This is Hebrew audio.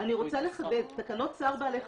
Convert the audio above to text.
אני רוצה לחדד: תקנות צער בעלי חיים,